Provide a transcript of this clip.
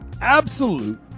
absolute